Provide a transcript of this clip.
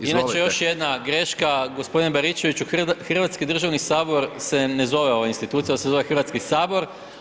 Inače još jedna greška gospodine Baričeviću Hrvatski državni sabor se ne zove ova institucija, ona se zove Hrvatski sabor.